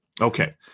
Okay